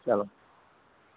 چلو